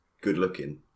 good-looking